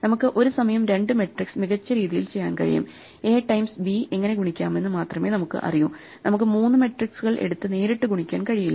നമുക്ക് ഒരു സമയം രണ്ട് മെട്രിക്സ് മികച്ച രീതിയിൽ ചെയ്യാൻ കഴിയും എ ടൈംസ് ബി എങ്ങനെ ഗുണിക്കാമെന്ന് മാത്രമേ നമുക്ക് അറിയൂ നമുക്ക് മൂന്ന് മെട്രിക്സുകൾ എടുത്ത് നേരിട്ട് ഗുണിക്കാൻ കഴിയില്ല